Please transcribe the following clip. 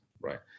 right